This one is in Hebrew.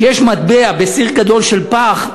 כשיש מטבע בסיר גדול של פח,